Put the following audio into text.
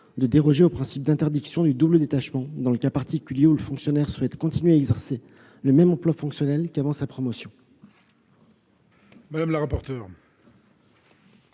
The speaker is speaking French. de déroger au principe d'interdiction du double détachement dans le cas particulier où le fonctionnaire désire continuer à exercer le même emploi fonctionnel qu'avant sa promotion.